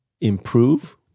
improve